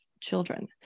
children